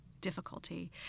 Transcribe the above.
difficulty